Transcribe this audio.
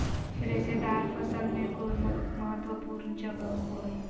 रेशेदार फसल में एगोर महत्वपूर्ण जगह होबो हइ